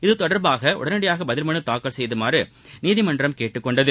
இதுதொடர்பாக உடனடியாக பதில் மனு தாக்கல் செய்யுமாறு நீதிமன்றம் கேட்டுக் கொண்டது